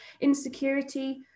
insecurity